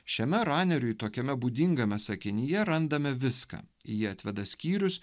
šiame raneriui tokiame būdingame sakinyje randame viską jie atveda skyrius